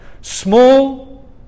Small